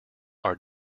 are